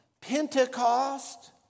Pentecost